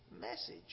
message